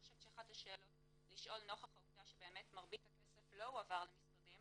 לכן אחת השאלות לשאול נוכח העובדה שמרבית הכסף לא הועבר למשרדים